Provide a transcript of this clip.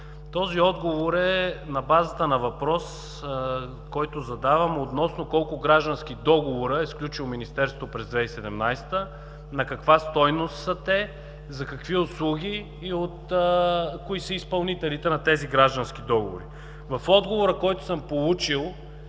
Този отговор е на базата на въпрос, който задавам, относно колко граждански договора е сключило Министерството през 2017 г., на каква стойност са те, за какви услуги и кои са изпълнителите на тези граждански договори? В отговора, който съм получил,